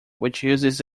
mayonnaise